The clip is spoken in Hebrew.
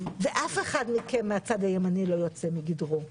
ואף אחד מהצד הימני לא יוצא מגדרו.